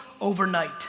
overnight